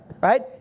right